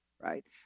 right